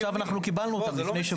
עכשיו קיבלנו אותם לפני שבוע.